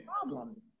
problem